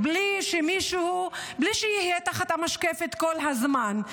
בלי שיהיה תחת המשקפת כל הזמן,